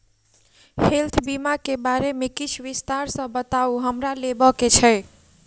Health बीमा केँ बारे किछ विस्तार सऽ बताउ हमरा लेबऽ केँ छयः?